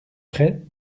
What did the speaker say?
près